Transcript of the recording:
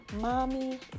mommy